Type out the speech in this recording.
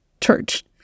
Church